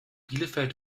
bielefeld